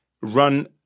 run